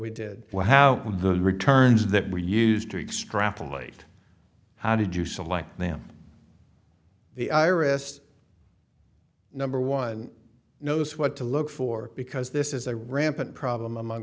we did well how the returns that we used to extrapolate how did you select them the iris number one knows what to look for because this is a rampant problem among